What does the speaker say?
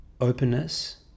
openness